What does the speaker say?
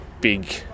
big